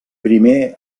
primer